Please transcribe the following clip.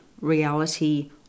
Reality